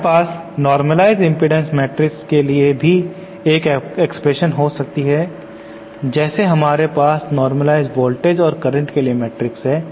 हमारे पास normalized impedance matrix के लिए भी एक एक्सप्रेशन हो सकती है जैसे हमारे पास नॉर्मलाईझड वोल्टेज और करंट के लिए मैट्रिक्स है